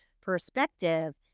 perspective